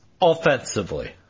Offensively